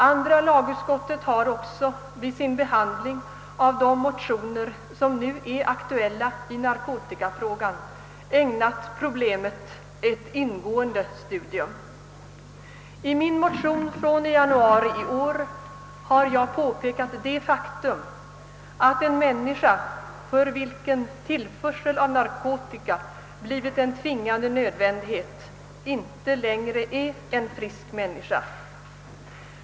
Andra lagutskottet har också vid sin behandling av de motioner som nu är aktuella i narkotikafrågan ägnat problemet ett ingående studium. I min motion från januari i år har jag påpekat det faktum att en människa för vilken tillförseln av narkotika blivit en tvingande nödvändighet inte längre är en frisk människa.